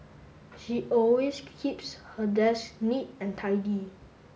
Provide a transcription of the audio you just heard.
she always keeps her desk neat and tidy